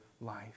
life